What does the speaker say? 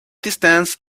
distance